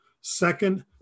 Second